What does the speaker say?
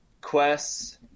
quests